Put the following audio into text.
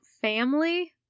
family